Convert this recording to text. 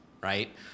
right